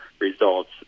results